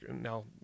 now